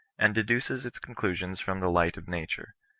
and deduces its conclusions from the light of nature,